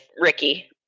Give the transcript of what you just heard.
ricky